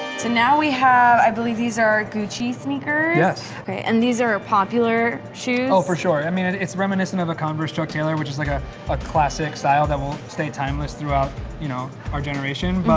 now we have i believe these are gucci sneakers? yes. ok, and these are popular shoes? oh, for sure. i mean, it's reminiscent of a converse chuck taylor, which is like ah a classic style that will stay timeless throughout you know our generation, but